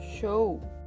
show